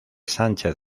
sánchez